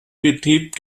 betrieb